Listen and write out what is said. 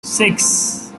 six